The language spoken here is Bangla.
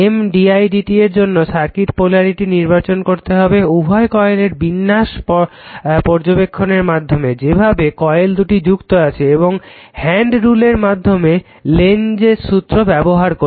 M didt এর জন্য সঠিক পোলারিটি নির্বাচন করতে হবে উভয় কয়েলের বিন্যাস পর্যবেক্ষণের মাধ্যমে যেভাবে কয়েল দুটি যুক্ত আছে এবং হ্যাণ্ড রুলের মাধ্যমে লেঞ্জ সূত্র Lenz's law ব্যবহার করে